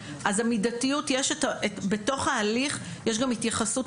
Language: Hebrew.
אז המידתיות יש בתוך ההליך יש גם התייחסות